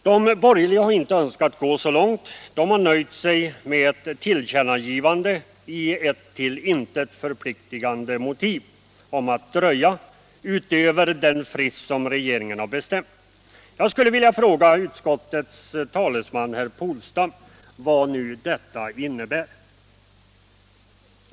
De borgerliga har inte önskat gå så långt. De har nöjt sig med ett tillkännagivande i en till intet förpliktande skrivning om att dröja utöver den frist som regeringen har bestämt. Jag skulle vilja fråga utskottets talesman herr Polstam vad nu detta innebär.